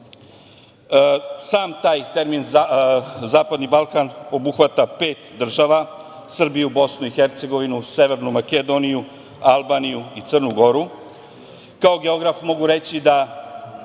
taj termin Zapadni Balkan obuhvata pet država – Srbiju, Bosnu i Hercegovinu, Severnu Makedoniju, Albaniju i Crnu Goru. Kao geograf, mogu reći da